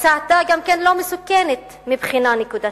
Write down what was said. הצעדה גם לא מסוכנת מבחינה נקודתית,